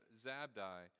Zabdi